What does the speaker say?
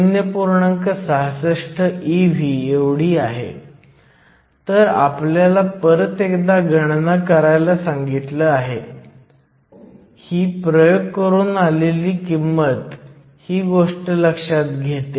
या विशिष्ट समस्येमध्ये NA पेक्षा ND खूप वरचा आहे आणि ते भाजकात असल्यामुळे ही संज्ञा इतर पदांवर अनिवार्यपणे वर्चस्व गाजवेल